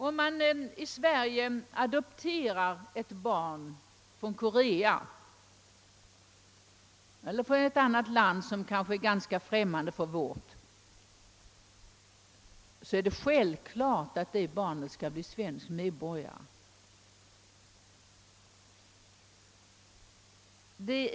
Om någon här i Sverige adopterar ett barn från Korea eller från något annat mer eller mindre främmande land, så är det självklart att det barnet blir svensk medborgare.